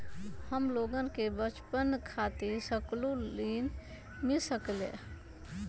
हमलोगन के बचवन खातीर सकलू ऋण मिल सकेला?